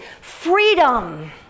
freedom